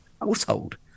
household